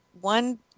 one